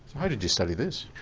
how did you study this?